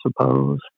suppose